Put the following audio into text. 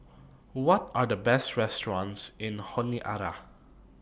What Are The Best restaurants in Honiara